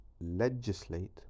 legislate